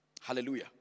Hallelujah